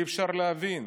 אי-אפשר להבין.